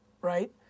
right